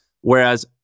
whereas